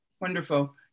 Wonderful